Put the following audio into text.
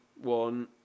one